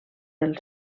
del